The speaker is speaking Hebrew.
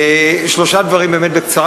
שלושה דברים באמת בקצרה,